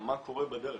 מה קורה בדרך?